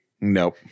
Nope